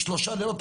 3 לילות,